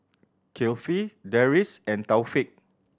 Kifli Deris and Taufik